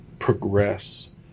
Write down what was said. progress